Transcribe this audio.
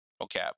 Okay